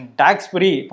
tax-free